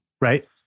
Right